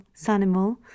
Sanimal